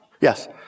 Yes